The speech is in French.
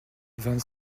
vingt